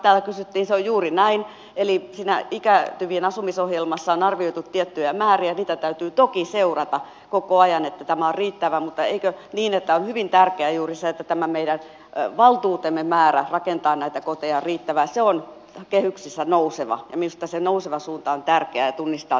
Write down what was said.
se on juuri näin eli siinä ikääntyvien asumisohjelmassa on arvioitu tiettyjä määriä ja niitä täytyy toki seurata koko ajan että tämä on riittävää mutta eikö niin että juuri se on hyvin tärkeää että tämä meidän valtuutemme määrä rakentaa näitä koteja on riittävä ja se on kehyksissä nouseva ja minusta se nouseva suunta on tärkeä ja tunnistaa tulevaisuutta